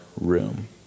room